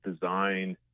designed